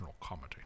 comedy